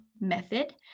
method